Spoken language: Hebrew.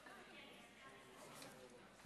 תודה, אדוני היושב-ראש.